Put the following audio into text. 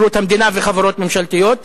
שירות המדינה וחברות ממשלתיות.